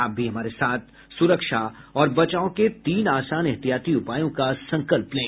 आप भी हमारे साथ सुरक्षा और बचाव के तीन आसान एहतियाती उपायों का संकल्प लें